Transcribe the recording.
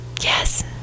Yes